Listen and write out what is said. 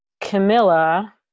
Camilla